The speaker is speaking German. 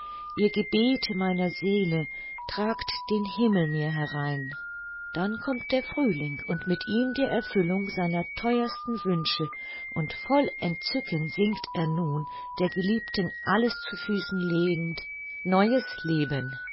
ihr gebete meiner seele tragt den himmel mir herein dann kommt der frühling und mit ihm die erfüllung seiner theuersten wünsche und voll entzücken singt er nun der geliebten alles zu füßen legend neues leben